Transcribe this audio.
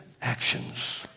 actions